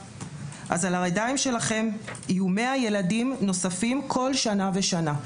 אז על הידיים שלכם יהיו 100 ילדים נוספים כל שנה ושנה.